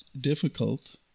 difficult